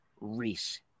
Reese